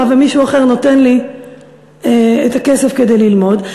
ומישהו אחר נותן לי את הכסף כדי ללמוד,